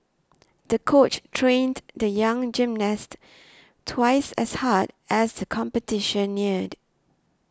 the coach trained the young gymnast twice as hard as the competition neared